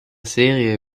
serie